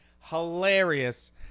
hilarious